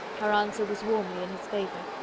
her answer was warmly in his favour.